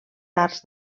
arts